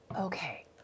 Okay